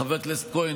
חבר הכנסת כהן,